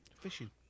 fishing